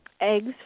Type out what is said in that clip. eggs